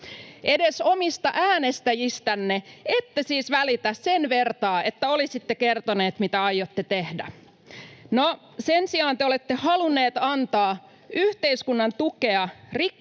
Edes omista äänestäjistänne ette siis välitä sen vertaa, että olisitte kertoneet, mitä aiotte tehdä. Sen sijaan te olette halunneet antaa yhteiskunnan tukea rikkaan